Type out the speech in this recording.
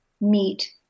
meet